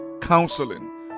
counseling